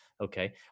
okay